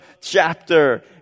chapter